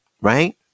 Right